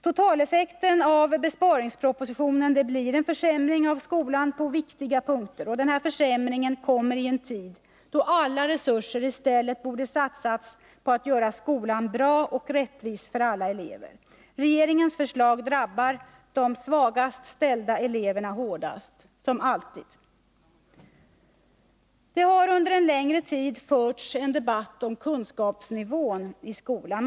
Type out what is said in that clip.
Totaleffekten av besparingspropositionen blir en försämring av skolan på viktiga punkter. Och denna försämring kommer i en tid då alla resurser i stället borde satsas på att göra skolan bra och rättvis för alla elever. Regeringens förslag drabbar de sämst ställda eleverna hårdast — som alltid. Det har under en längre tid förts en debatt om kunskapsnivån i skolan.